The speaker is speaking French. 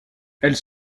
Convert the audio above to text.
elles